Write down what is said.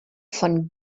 von